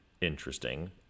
interesting